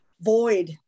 void